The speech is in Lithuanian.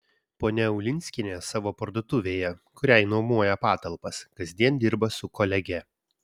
ponia ulinskienė savo parduotuvėje kuriai nuomoja patalpas kasdien dirba su kolege